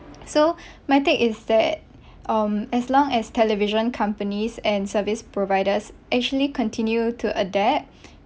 so my take is that um as long as television companies and service providers actually continue to adapt